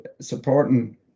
supporting